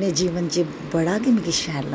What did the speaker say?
मेरे जीवन च शैल लगदा